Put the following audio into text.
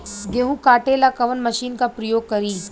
गेहूं काटे ला कवन मशीन का प्रयोग करी?